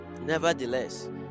nevertheless